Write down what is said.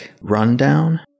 rundown